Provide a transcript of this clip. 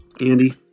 Andy